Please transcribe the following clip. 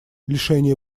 лишение